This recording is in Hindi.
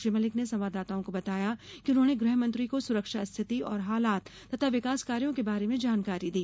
श्री मलिक ने संवाददाताओं को बताया कि उन्होंने गृहमंत्री को सुरक्षा स्थिति और हालात तथा विकास कार्यो के बारे में जानकारी दी